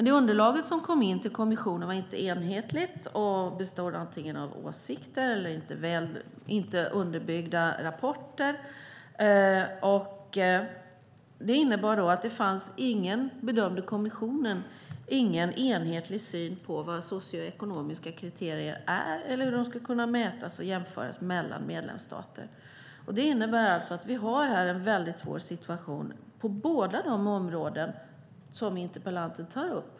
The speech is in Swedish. De underlag som kom in till kommissionen var inte enhetliga, bestod antingen av åsikter eller inte underbyggda rapporter. Det innebär att det finns ingen bedömning från kommissionen, ingen enhetlig syn på vad socioekonomiska kriterier är eller hur de ska mätas och jämföras mellan medlemsstater. Vi har en svår situation på båda de områden som interpellanten tar upp.